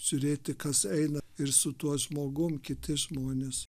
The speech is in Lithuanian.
žiūrėti kas eina ir su tuo žmogum kiti žmonės